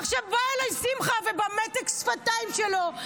עכשיו בא אליי שמחה ובמתק שפתיים שלו: